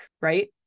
right